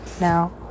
now